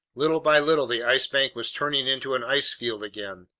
little by little the ice bank was turning into an ice field again.